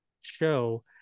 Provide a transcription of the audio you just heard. show